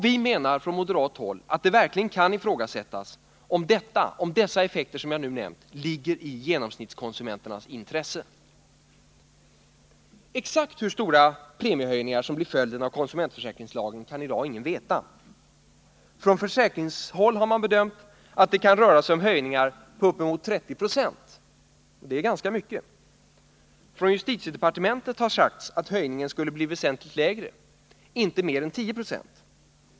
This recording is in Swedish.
Vi menar från moderat håll att det verkligen kan ifrågasättas om dessa effekter som jag nu har nämnt ligger i genomsnittskonsumentens intresse. Exakt hur stora premiehöjningar som blir följden av konsumentförsäkringslagen kan ingen i dag veta. Från försäkringshåll har man bedömt att det kan röra sig om höjningar på uppemot 30 Yo — och det är ganska mycket. Från justitiedepartementet har sagts att höjningen skulle bli väsentligt lägre, inte mer än 10 26.